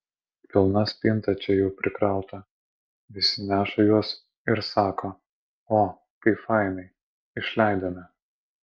pilna spinta čia jų prikrauta visi neša juos ir sako o kaip fainai išleidome